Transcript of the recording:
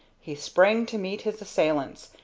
he sprang to meet his assailants,